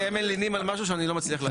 הם מלינים על משהו שאנחנו לא מצליח להסביר.